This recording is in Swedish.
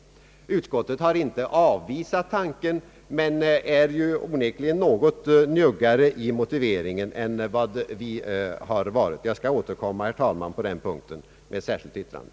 Utskottet har inte avvisat tanken men är onekligen något njuggare i motiveringen än vad vi har varit. Jag skall, herr talman, på denna punkt återkomma med ett yrkande.